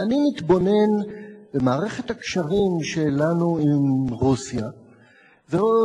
ואני מתבונן במערכת הקשרים שלנו עם רוסיה ורואה